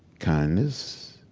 kindness,